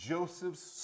Joseph's